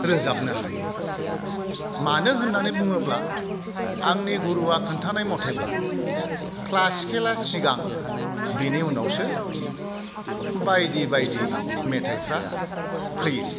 रोजाबनो हायो मानो होननानै बुङोब्ला आंनि गुरुआ खोन्थानाय मथेब्ला क्लासिकेला सिगां बिनि उनावसो बायदि बायदि मेथाइफ्रा फैयो